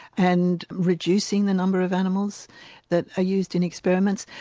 and reducing the number of animals that are used in experiments,